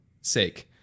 sake